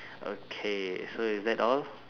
okay so is that all